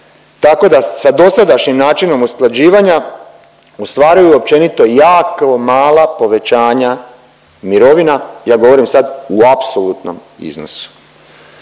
tako da sa dosadašnjim načinom usklađivanja ostvaruju općenito jako mala povećanja mirovina, ja govorim sad u apsolutnom iznosu.